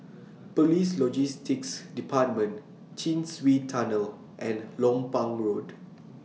Police Logistics department Chin Swee Tunnel and Lompang Road